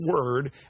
word